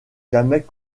jamais